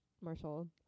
Marshall